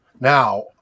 Now